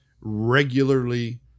regularly